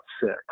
six